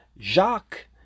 Jacques